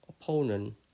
opponent